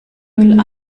müll